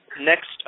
Next